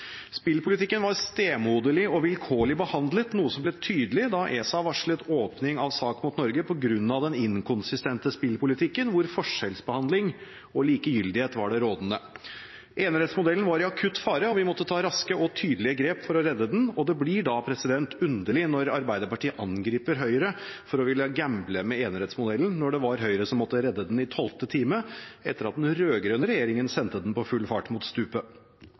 Spillpolitikken var stemoderlig og vilkårlig behandlet, noe som ble tydelig da ESA varslet åpning av sak mot Norge på grunn av den inkonsistente spillpolitikken, hvor forskjellsbehandling og likegyldighet var rådende. Enerettsmodellen var i akutt fare, og vi måtte ta raske og tydelige grep for å redde den. Det blir da underlig når Arbeiderpartiet angriper Høyre for å ville gamble med enerettsmodellen, når det var Høyre som måtte redde den i tolvte time etter at den rød-grønne regjeringen sendte den på full fart mot